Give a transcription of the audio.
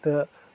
تہٕ